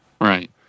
Right